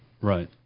Right